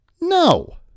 No